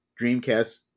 Dreamcast